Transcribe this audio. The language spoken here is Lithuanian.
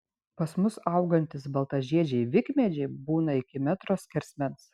pas mus augantys baltažiedžiai vikmedžiai būna iki metro skersmens